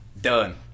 Done